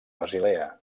basilea